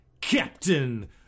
Captain